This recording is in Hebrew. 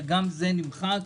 וגם זה נמחק.